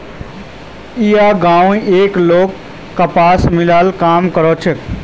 ई गांवउर कई लोग कपास मिलत काम कर छे